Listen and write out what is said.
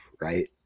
right